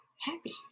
happy